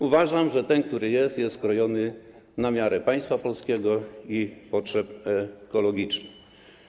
Uważam, że ten, który jest, skrojony jest na miarę państwa polskiego i potrzeb ekologicznych.